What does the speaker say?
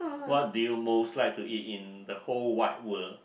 what do you most like to eat in the whole wide world